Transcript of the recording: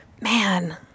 man